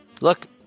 Look